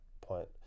point